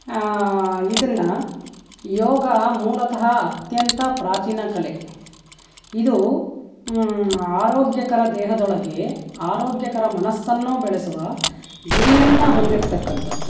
ಇದನ್ನು ಯೋಗ ಮೂಲತಃ ಅತ್ಯಂತ ಪ್ರಾಚೀನ ಕಲೆ ಇದು ಆರೋಗ್ಯಕರ ದೇಹದೊಳಗೆ ಆರೋಗ್ಯಕರ ಮನಸ್ಸನ್ನು ಬೆಳೆಸುವ ಗುರಿಯನ್ನು ಹೊಂದಿರತಕ್ಕಂಥದ್ದು